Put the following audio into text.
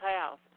house